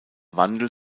wandel